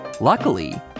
Luckily